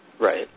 Right